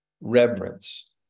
reverence